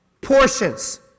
portions